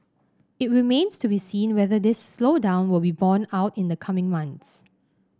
it remains to be seen whether this slowdown will be borne out in the coming months